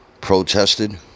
protested